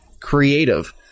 creative